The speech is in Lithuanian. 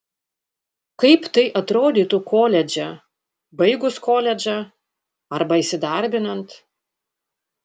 kaip tai atrodytų koledže baigus koledžą arba įsidarbinant